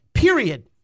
Period